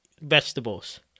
vegetables